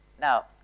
Now